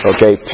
Okay